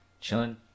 chilling